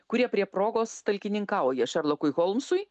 kurie prie progos talkininkauja šerlokui holmsui